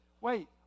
Wait